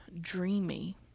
dreamy